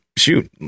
shoot